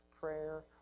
prayer